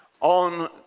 on